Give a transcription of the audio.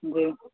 जी